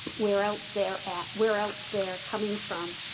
where else they're at where else they're coming from.